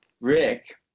Rick